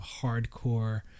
hardcore